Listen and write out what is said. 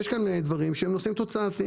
יש כאן דברים שהם נושאים של תוצאות.